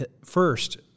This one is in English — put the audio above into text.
first